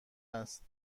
است